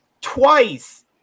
twice